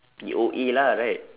P_O_A lah right